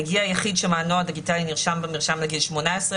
"הגיע יחיד שמענו הדיגיטלי נרשם במרשם לגיל 18,